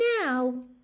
now